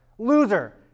Loser